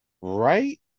Right